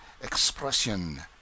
expression